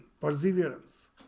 Perseverance